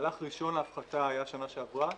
מהלך ראשון להפחתה היה בשנה שעברה.